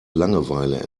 langeweile